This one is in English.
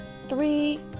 three